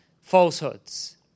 falsehoods